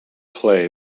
play